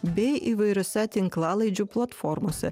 bei įvairiose tinklalaidžių platformose